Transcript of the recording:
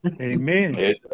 Amen